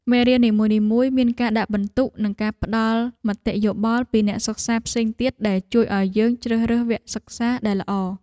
មេរៀននីមួយៗមានការដាក់ពិន្ទុ និងការផ្តល់មតិយោបល់ពីអ្នកសិក្សាផ្សេងទៀតដែលជួយឱ្យយើងជ្រើសរើសវគ្គសិក្សាដែលល្អ។